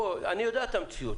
בוא, אני יודע את המציאות.